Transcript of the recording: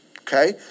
Okay